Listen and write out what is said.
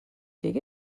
dig